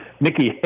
Nikki